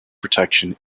protection